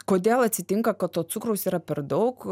kodėl atsitinka kad to cukraus yra per daug